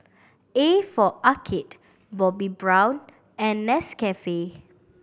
A for Arcade Bobbi Brown and Nescafe